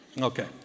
Okay